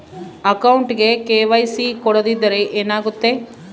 ಅಕೌಂಟಗೆ ಕೆ.ವೈ.ಸಿ ಕೊಡದಿದ್ದರೆ ಏನಾಗುತ್ತೆ?